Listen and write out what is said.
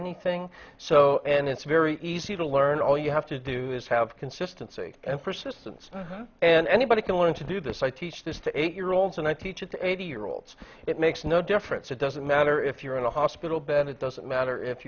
anything so and it's very easy to learn all you have to do is have consistency and persistence and anybody can learn to do this i teach this to eight year olds and i teach it to eighty year olds it makes no difference it doesn't matter if you're in a hospital bed it doesn't matter if